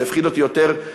זה הפחיד אותי יותר מה"חמאס",